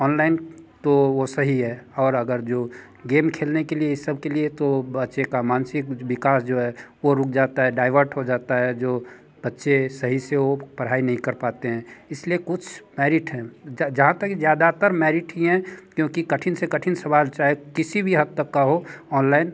online तो वो सही है और अगर जो गेम खेलने के लिए ये सबके लिए तो बच्चे का मानसिक विकास जो है वो रुक जाता है डाइवर्ट हो जाता है जो बच्चे सही से वो पढ़ाई नहीं कर पाते हैं इसलिए कुछ मेरिट है जहाँ तक ज़्यादातर मैरिट ही है क्योंकि कठिन से कठिन सवाल चाहे किसी भी हद तक का हो ऑनलाइन